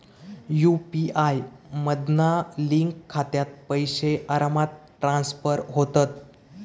UPI मधना link खात्यात पैशे आरामात ट्रांसफर होतत